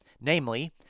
namely